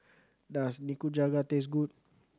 does Nikujaga taste good